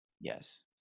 Yes